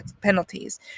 penalties